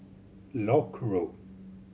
Lock Road